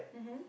mmhmm